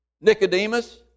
Nicodemus